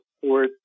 support